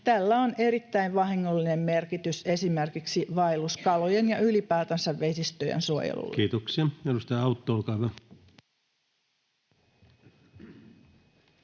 tällä on erittäin vahingollinen merkitys esimerkiksi vaelluskalojen ja ylipäätänsä vesistöjen suojelulle. [Speech 365] Speaker: